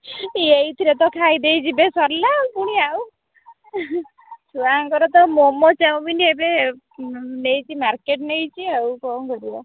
ଏଇଥିରେ ତ ଖାଇ ଦେଇଯିବେ ସରିଲା ପୁଣି ଆଉ ଛୁଆଙ୍କର ତ ମୋମୋ ଚାଉମିନ୍ ଏବେ ନେଇଛି ମାର୍କେଟ୍ ନେଇଛି ଆଉ କ'ଣ କରିବା